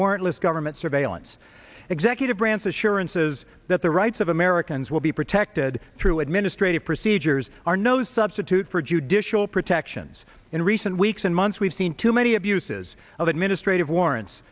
warrantless government surveillance executive branch assurances that the rights of americans will be protected through administrative procedures are no substitute for judicial protections in recent weeks and months we've seen too many abuses of administrative warrants